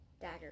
Dagger